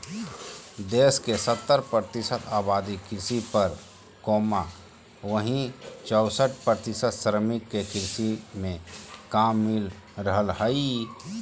देश के सत्तर प्रतिशत आबादी कृषि पर, वहीं चौसठ प्रतिशत श्रमिक के कृषि मे काम मिल रहल हई